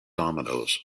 dominoes